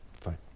Fine